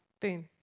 Boom